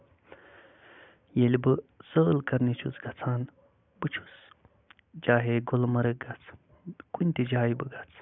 ییٚلہِ بہٕ سٲل کَرنہِ چھُس گژھان بہٕ چھُس چاہے گُلمَرٕگ گژھ کُنہِ تہِ جاہِ بہٕ گژھٕ